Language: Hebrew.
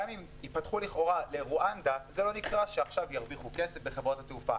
גם חבל על הנייר שהדפסתי של כל הבקשות